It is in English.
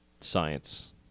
science